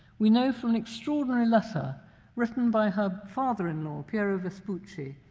we know from an extraordinary letter written by her father-in-law, piero vespucci,